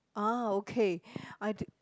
ah okay I d~